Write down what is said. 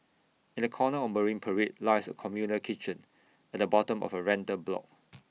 in A corner of marine parade lies A communal kitchen at the bottom of A rental block